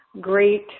great